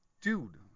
dude